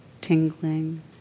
tingling